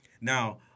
now